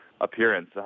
appearance